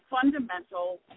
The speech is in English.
fundamental